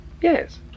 Yes